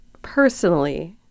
Personally